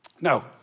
No